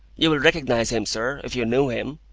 you will recognise him, sir, if you knew him,